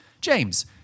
james